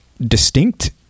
distinct